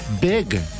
big